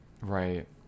Right